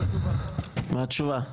מה התשובה?